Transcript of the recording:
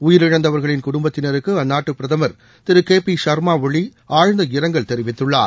உயிரிழந்தவர்களின் குடும்பத்தினருக்கு அந்நாட்டு பிரதமர் திரு கே பி ஷர்மா ஒலி ஆழ்ந்த இரங்கல் தெரிவித்குள்ளார்